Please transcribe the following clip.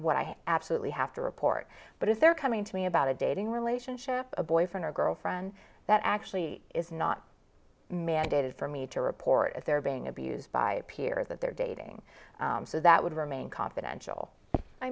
what i absolutely have to report but if they're coming to me about a dating relationship a boyfriend or girlfriend that actually is not mandated for me to report if they're being abused by a peer that they're dating so that would remain confidential i